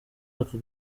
aka